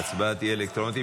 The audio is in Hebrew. ההצבעה תהיה אלקטרונית.